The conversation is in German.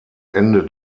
ende